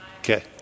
Okay